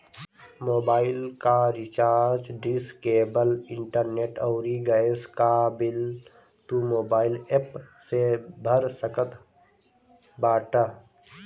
mobile कअ recharge, dish, cable, internet अउरी gas कअ बिल तू मोबाइल एप्प से भर सकत बाटअ